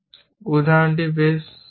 উদাহরণটি বেশ সহজ